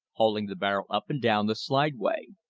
hauling the barrel up and down the slideway.